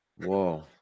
Whoa